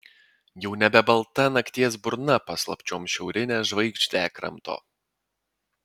jau nebe balta nakties burna paslapčiom šiaurinę žvaigždę kramto